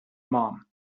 mum